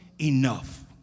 enough